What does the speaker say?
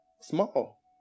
small